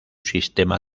sistema